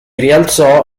rialzò